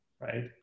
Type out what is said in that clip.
right